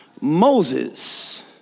Moses